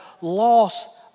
loss